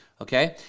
okay